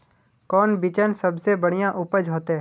कौन बिचन सबसे बढ़िया उपज होते?